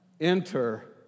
enter